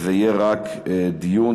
זה יהיה רק דיון.